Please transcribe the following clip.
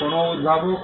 যখন কোনও উদ্ভাবক